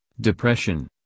depression